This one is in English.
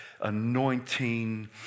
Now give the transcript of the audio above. anointing